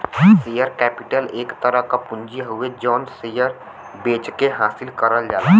share capital एक तरह क पूंजी हउवे जौन शेयर बेचके हासिल करल जाला